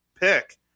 pick